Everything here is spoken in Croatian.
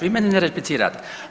Vi meni ne replicirate.